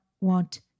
want